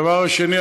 הדבר השני,